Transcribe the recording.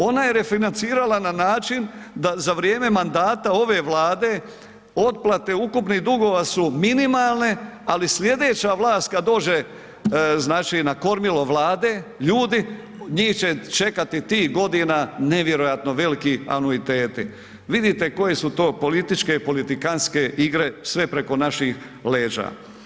Ona je refinancirala na način da za vrijeme mandata ove Vlade otplate ukupnih dugova su minimalne, ali slijedeća vlast kad dođe, znači na kormilo Vlade, ljudi njih će čekati tih godina nevjerojatno veliki anuiteti, vidite koje su to političke i politikanske igre sve preko naših leđa.